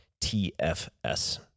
TFS